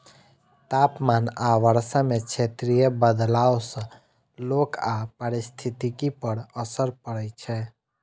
तापमान आ वर्षा मे क्षेत्रीय बदलाव सं लोक आ पारिस्थितिकी पर असर पड़ै छै